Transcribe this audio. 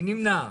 מי נמנע?